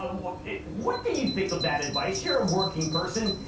um what what do you think of that advice you're a working person.